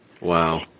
Wow